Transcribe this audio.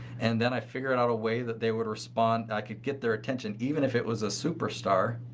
and then i figured out a way that they would respond i could get their attention even if it was a superstar,